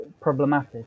problematic